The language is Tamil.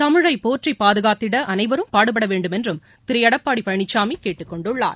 தமிழை போற்றி பாதுகாத்திட அனைவரும் பாடுபட வேண்டும் என்றும் திரு எடப்பாடி பழனிசாமி கேட்டுக் கொண்டுள்ளார்